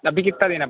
अभी कितना देना